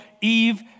Eve